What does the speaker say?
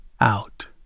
out